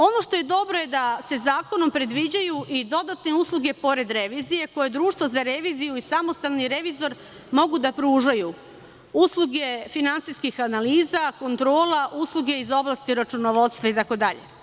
Ono što je dobro to je da se zakonom predviđaju i dodatne usluge pored revizije, koje Društvo za reviziju i samostalni revizor mogu da pružaju, usluge finansijskih analiza, kontrola, usluge iz oblasti računovodstva itd.